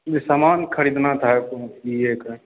सामान खरीदना था ये का